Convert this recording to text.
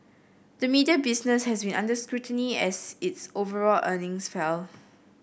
the media business has been under scrutiny as its overall earnings fell